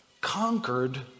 conquered